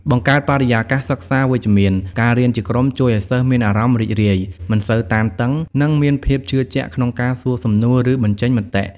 បង្កើតបរិយាកាសសិក្សាវិជ្ជមាន ការរៀនជាក្រុមជួយឲ្យសិស្សមានអារម្មណ៍រីករាយ មិនសូវតានតឹង និងមានភាពជឿជាក់ក្នុងការសួរសំណួរ ឬបញ្ចេញមតិ។